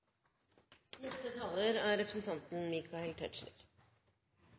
Neste taler er representanten